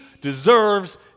deserves